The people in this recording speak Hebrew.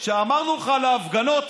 כשאמרנו לך על ההפגנות,